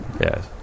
Yes